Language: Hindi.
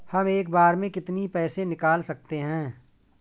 हम एक बार में कितनी पैसे निकाल सकते हैं?